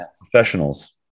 professionals